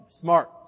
Smart